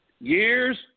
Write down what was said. years